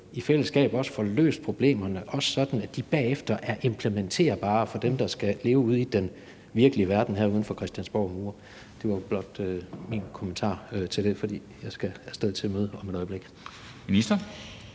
i fællesskab får løst problemerne og også på en måde, så de bagefter er implementerbare for dem, det skal leve med det ude i den virkelige verden uden for Christiansborgs mure. Det var blot min kommentar til det, for jeg skal af sted til et møde om et øjeblik.